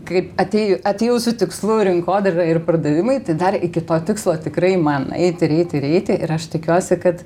kaip atė atėjau su tikslu rinkodara ir pardavimai tai dar iki to tikslo tikrai man eiti eiti ir eiti ir aš tikiuosi kad